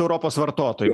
europos vartotojai